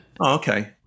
okay